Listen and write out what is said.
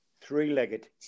three-legged